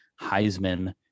Heisman